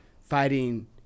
fighting